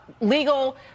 legal